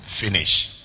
finish